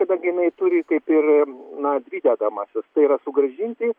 kadangi jinai turi kaip ir na dvi dedamąsias tai yra sugrąžinti